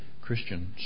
Christian